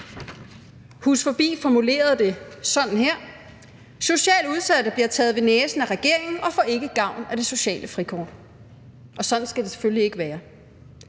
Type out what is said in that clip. Hus Forbi formulerede det sådan her: Socialt udsatte bliver taget ved næsen af regeringen og får ikke gavn af det sociale frikort. Sådan skal det selvfølgelig ikke være.